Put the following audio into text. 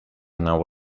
nau